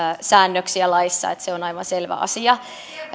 säännöksiä laissa se on aivan selvä asia